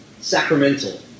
sacramental